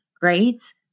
grades